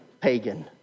pagan